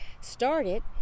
started